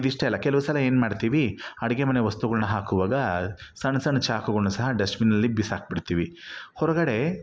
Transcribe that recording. ಇದಿಷ್ಟೇ ಅಲ್ಲ ಕೆಲವು ಸಲ ಏನು ಮಾಡ್ತೀವಿ ಅಡುಗೆ ಮನೆ ವಸ್ತುಗಳನ್ನ ಹಾಕುವಾಗ ಸಣ್ಣ ಸಣ್ಣ ಚಾಕುಗಳನ್ನ ಸಹ ಡಸ್ಟ್ಬಿನ್ನಲ್ಲಿ ಬಿಸಾಕಿ ಬಿಡ್ತೀವಿ ಹೊರಗಡೆ